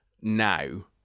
now